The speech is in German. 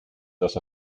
dass